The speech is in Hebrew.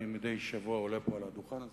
אני מדי שבוע עולה פה לדוכן הזה,